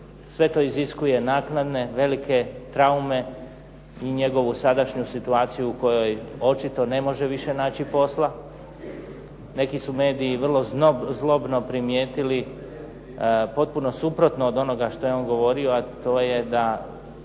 Sve to iziskuje naknadne velike traume i njegovu sadašnju situaciju u kojoj očito više ne može naći posla. Neki su mediji vrlo zlobno primijetili potpuno suprotno od onoga što je on govorio, a to je da